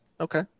okay